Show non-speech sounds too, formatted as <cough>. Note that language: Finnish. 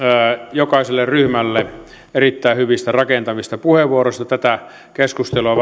jokaiselle ryhmälle erittäin hyvistä rakentavista puheenvuoroista tätä keskustelua <unintelligible>